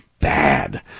bad